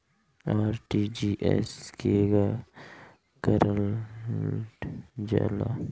RTGS केगा करलऽ जाला?